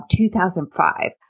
2005